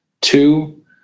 Two